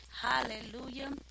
Hallelujah